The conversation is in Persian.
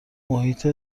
محیط